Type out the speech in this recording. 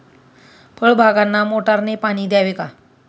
फळबागांना मोटारने पाणी द्यावे का?